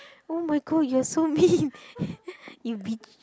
oh my god you are so mean you bi~